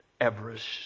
Everest